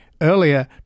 Earlier